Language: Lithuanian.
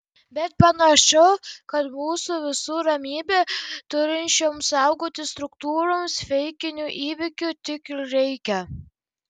bet panašu kad mūsų visų ramybę turinčioms saugoti struktūroms feikinių įvykių tik ir reikia